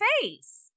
face